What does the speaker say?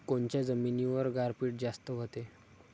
कोनच्या जमिनीवर गारपीट जास्त व्हते?